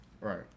right